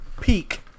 peak